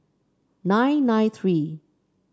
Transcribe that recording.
nine nine three